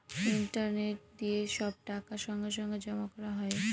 internet দিয়ে সব টাকা সঙ্গে সঙ্গে জমা করা হয়